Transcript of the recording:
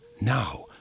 Now